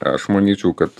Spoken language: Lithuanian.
aš manyčiau kad